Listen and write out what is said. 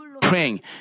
praying